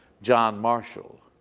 john marshall,